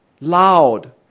loud